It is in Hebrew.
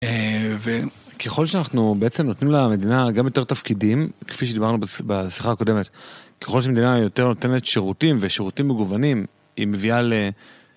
וככל שאנחנו בעצם נותנים למדינה גם יותר תפקידים, כפי שדיברנו בשיחה הקודמת, ככל שמדינה יותר נותנת שירותים ושירותים מגוונים, היא מביאה ל...